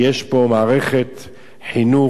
יש פה מערכת חינוך,